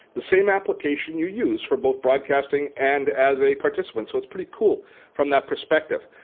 the same application you use for both broadcasting and as a participant. so it's pretty cool from that perspective.